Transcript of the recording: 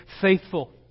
faithful